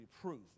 proof